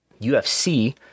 UFC